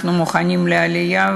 אנחנו מוכנים לעלייה,